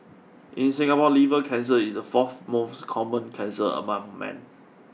in Singapore liver cancer is the fourth most common cancer among men